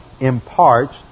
imparts